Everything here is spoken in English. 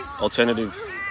alternative